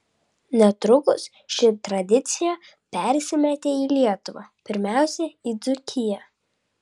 netrukus ši tradicija persimetė į lietuvą pirmiausia į dzūkiją